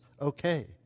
okay